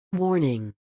Warning